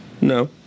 No